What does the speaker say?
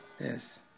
Yes